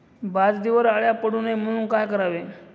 बाजरीवर अळ्या पडू नये म्हणून काय करावे?